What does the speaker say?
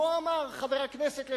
כה אמר חבר הכנסת לשעבר,